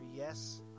Yes